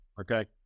okay